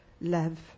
love